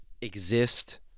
exist